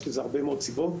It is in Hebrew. יש לזה הרבה מאוד סיבות,